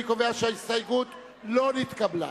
אני קובע שסעיף 58 עבר לפי הצעת הוועדה.